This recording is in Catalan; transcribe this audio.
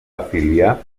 afiliar